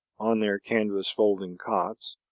on their canvas folding-cots,